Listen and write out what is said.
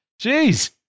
Jeez